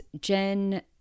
jen